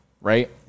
right